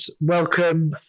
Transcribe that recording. Welcome